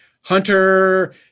Hunter